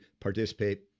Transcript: participate